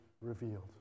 revealed